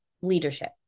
leadership